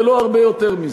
ולא הרבה יותר מזה,